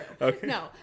No